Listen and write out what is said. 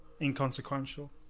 inconsequential